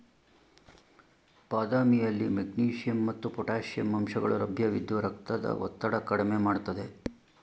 ಬಾದಾಮಿಯಲ್ಲಿ ಮೆಗ್ನೀಷಿಯಂ ಮತ್ತು ಪೊಟ್ಯಾಷಿಯಂ ಅಂಶಗಳು ಲಭ್ಯವಿದ್ದು ರಕ್ತದ ಒತ್ತಡ ಕಡ್ಮೆ ಮಾಡ್ತದೆ